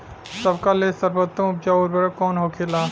सबका ले सर्वोत्तम उपजाऊ उर्वरक कवन होखेला?